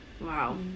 Wow